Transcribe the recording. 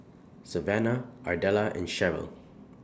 Savanna Ardella and Sheryl